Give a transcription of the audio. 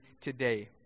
today